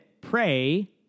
pray